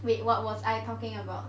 wait what was I talking about